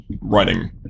writing